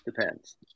depends